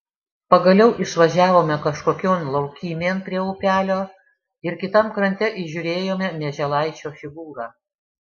pagaliau išvažiavome kažkokion laukymėn prie upelio ir kitam krante įžiūrėjome mieželaičio figūrą